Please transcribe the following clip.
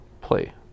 play